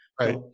Right